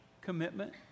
commitment